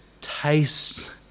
taste